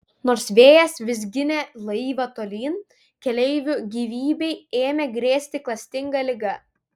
nors vėjas vis ginė laivą tolyn keleivių gyvybei ėmė grėsti klastinga liga